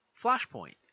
Flashpoint